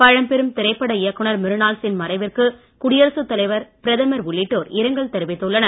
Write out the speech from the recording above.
பழம்பெரும் திரைப்பட இயக்குனர் மிருனாள் சென் மறைவிற்கு குடியரசு தலைவர் பிரதமர் உள்ளிட்டோர் இரங்கல் தெரிவித்துள்ளனர்